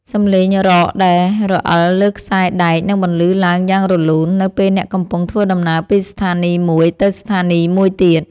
សំឡេងរ៉កដែលរអិលលើខ្សែដែកនឹងបន្លឺឡើងយ៉ាងរលូន នៅពេលអ្នកកំពុងធ្វើដំណើរពីស្ថានីយមួយទៅស្ថានីយមួយទៀត។